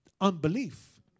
unbelief